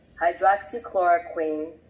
hydroxychloroquine